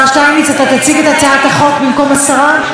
השר שטייניץ, אתה תציג את הצעת החוק במקום השרה?